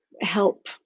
help